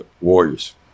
Warriors